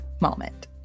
moment